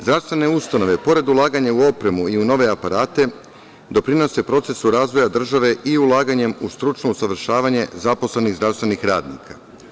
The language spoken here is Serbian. Zdravstvene ustanove pored ulaganja u opremu, u nove aparate doprinose procesu razvoja države i ulaganjem u stručno usavršavanje zaposlenih zdravstvenih radnika.